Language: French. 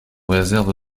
réserve